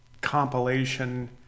compilation